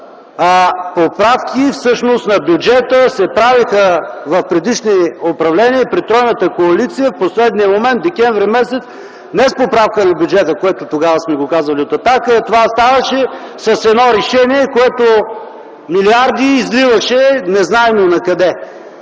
поправки на бюджета всъщност се правиха при предишни управления, и при тройната коалиция в последния момент, декември месец не с поправка на бюджета, което тогава сме казвали от „Атака”, това ставаше с едно решение, което изливаше милиарди незнайно накъде,